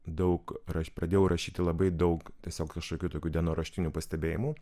daug rašpradėjau rašyti labai daug tiesiog kažkokių tokių dienoraštinių pastebėjimų